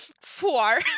Four